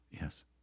yes